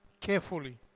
Carefully